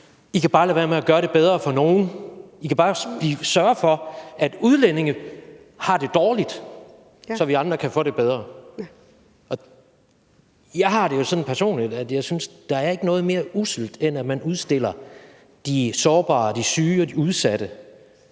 I kan bare lade være med at gøre det bedre for nogen. I kan bare sørge for, at udlændinge har det dårligt, så vi andre kan få det bedre. Og jeg har det jo sådan personligt, at jeg synes, at der ikke er noget mere usselt, end at man spiller de sårbare, de syge og de udsatte